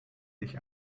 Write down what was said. dich